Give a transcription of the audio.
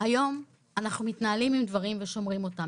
היום אנחנו מתנהלים עם דברים ושומרים אותם,